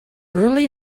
early